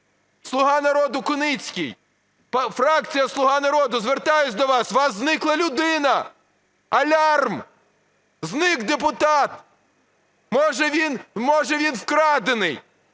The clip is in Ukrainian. "Слуга народу" Куницький. Фракція "Слуга народу", звертаюсь до вас, у вас зникла людина. Алярм! Зник депутат! Може, він вкрадений.